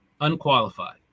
Unqualified